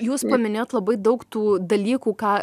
jūs paminėjot labai daug tų dalykų ką